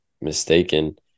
mistaken